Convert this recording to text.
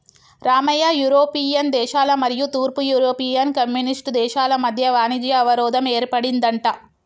Ramayya European దేశాల మరియు తూర్పు యూరోపియన్ కమ్యూనిస్ట్ దేశాల మధ్య వాణిజ్య అవరోధం ఏర్పడిందంట